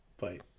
bye